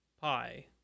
Pi